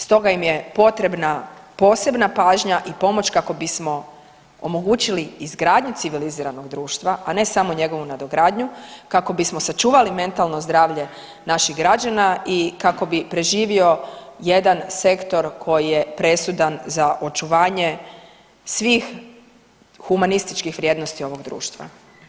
Stoga im je potrebna posebna pažnja i pomoć kako bismo omogućili izgradnji civiliziranog društva, a ne samo njegovu nadogradnju, kako bismo sačuvali mentalno zdravlje naših građana i kako bi preživio jedan sektor koji je presudan za očuvanje svih humanističkih vrijednosti ovog društva.